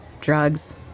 drugs